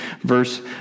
verse